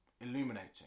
illuminating